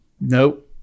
Nope